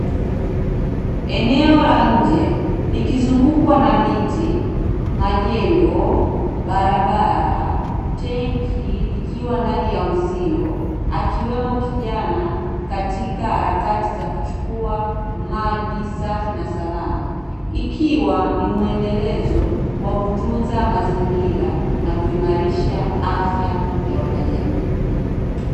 Eneo la nje likizungukwa na miti, majengo, barabara, tenki likiwa ndani ya uzio, akiwemo kijana katika harakati za kuchukua maji safi na salama, ikiwa ni mwendelezo wa kutunza mazingira na kuimarisha afya ya wanajamii.